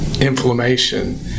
Inflammation